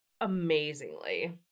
amazingly